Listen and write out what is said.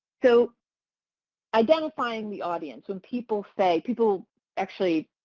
so identifying the audience. when people say, people actually,